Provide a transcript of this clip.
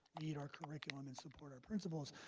need our curriculum and support our principals.